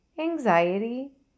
anxiety